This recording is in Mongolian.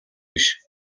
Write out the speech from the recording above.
биш